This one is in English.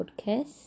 podcast